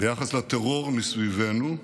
ביחס לטרור מסביבנו,